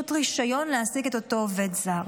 רישיון להעסיק את אותו עובד זר.